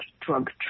drug